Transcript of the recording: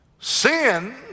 sin